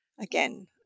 again